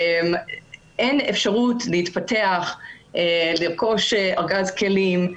אין אפשרות להתפתח ולרכוש ארגז כלים,